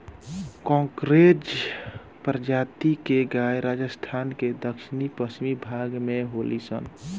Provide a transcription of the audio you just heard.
कांकरेज प्रजाति के गाय राजस्थान के दक्षिण पश्चिम भाग में होली सन